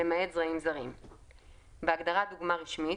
למעט זרעים זרים,"; בהגדרה "דוגמה רשמית",